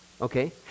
Okay